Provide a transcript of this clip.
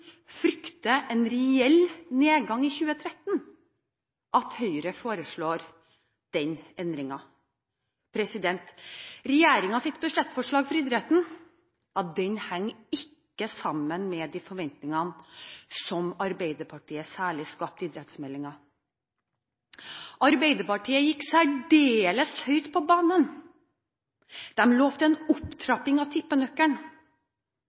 Høyre foreslår den endringen. Regjeringens budsjettforslag når det gjelder idretten, henger ikke sammen med de forventningene som særlig Arbeiderpartiet skapte ved fremleggelsen av idrettsmeldingen. Arbeiderpartiet gikk særdeles høyt på banen. De lovte en opptrapping av tippenøkkelen.